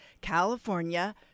California